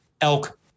Elk